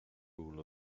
rule